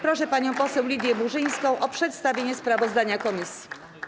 Proszę panią poseł Lidię Burzyńską o przedstawienie sprawozdania komisji.